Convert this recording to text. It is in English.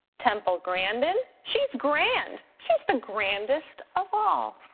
temple grandin, she's grand, she's the grandest of all.